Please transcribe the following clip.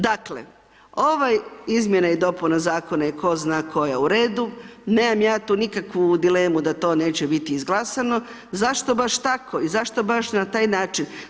Dakle, ove izmjene i dopune zakona, je ko zna koja u redu, nemam ja nikakvu dilemu da to neće biti izglasano, zašto baš tako i zašto baš na taj način.